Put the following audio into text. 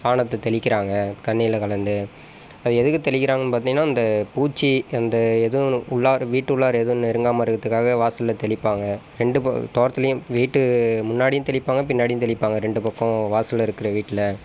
சாணத்தை தெளிக்கிறாங்க தண்ணியில் கலந்து அது எதுக்கு தெளிக்கிறாங்கன்னு பார்த்தீங்கனா அந்த பூச்சி அந்த எதுவும் உள்ளார வீட்டு உள்ளார எதுன்னு இருந்த மாதிரி இருக்கிறதுக்காக வாசலில் தெளிப்பாங்க ரெண்டு பக்கம் தோட்டத்திலேயும் வீட்டு முன்னாடியும் தெளிப்பாங்க பின்னாடியும் தெளிப்பாங்க ரெண்டு பக்கம் வாசலில் இருக்கிற வீட்டில்